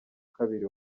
kabiri